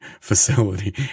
facility